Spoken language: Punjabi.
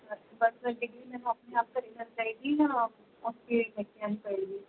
ਡਿਗਰੀ ਮੈਨੂੰ ਆਪਣੇ ਆਪ ਘਰ ਮਿਲ ਜਾਵੇਗੀ ਜਾਂ ਉੱਥੇ ਲੈ ਕੇ ਆਉਣੀ ਪਵੇਗੀ